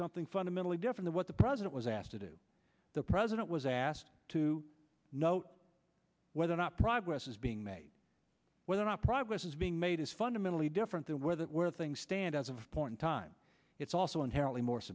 something fundamentally different to what the president was asked to do the president was asked to note whether or not progress is being made whether or not progress is being made is fundamentally different than where that where things stand as of point in time it's also inherently more